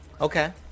Okay